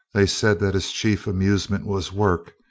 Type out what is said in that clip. they said that his chief amusement was work,